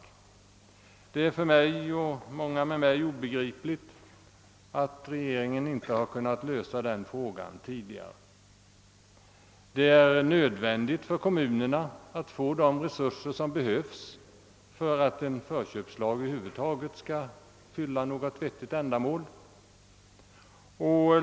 Det är för mig och många med mig obegripligt att regeringen inte har kunnat lösa denna fråga tidigare. Det är nödvändigt för kommunerna att få de resurser som behövs för att en förköpslag över huvud taget skall fylla något vettigt ändamål.